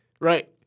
Right